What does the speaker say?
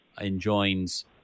enjoins